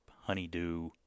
honeydew